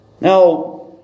Now